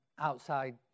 outside